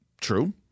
true